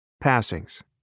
Passings